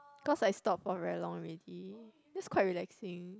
cause I stop for very long already that's quite relaxing